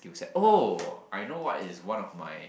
skill set oh I know what is one of my